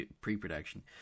pre-production